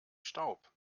staub